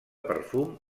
perfum